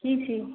ठीक छी